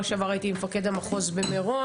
שעבר גם הייתי עם מפקד המחוז במירון.